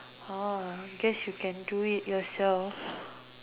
orh guess you can do it yourself